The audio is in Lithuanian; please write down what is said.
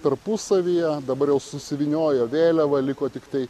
tarpusavyje dabar jau susivyniojo vėliavą liko tiktai